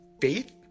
faith